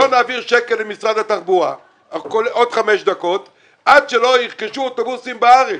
לא נעביר שקל למשרד התחבורה עד שלא ירכשו אוטובוסים בארץ.